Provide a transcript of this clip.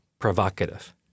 provocative